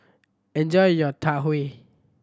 enjoy your Tau Huay